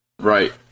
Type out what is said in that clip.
right